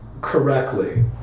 correctly